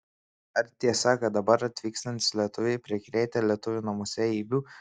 ar tiesa kad dabar atvykstantys lietuviai prikrėtė lietuvių namuose eibių